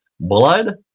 blood